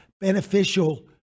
beneficial